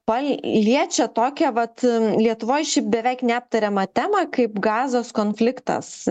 paliečia tokią vat lietuvoj šiaip beveik neaptariamą temą kaip gazos konfliktas